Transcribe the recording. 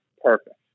perfect